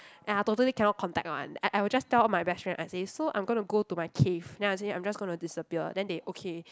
ya totally cannot contact one I I will just tell all my best friend I say so I'm gonna go to my cave then I say I'm just gonna disappear then they okay